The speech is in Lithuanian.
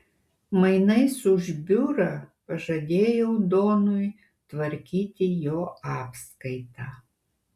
mainais už biurą pažadėjau donui tvarkyti jo apskaitą